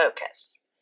focus